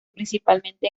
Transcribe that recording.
principalmente